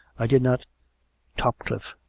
i did not topcliffe,